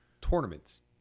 tournaments